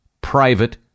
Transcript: private